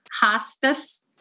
hospice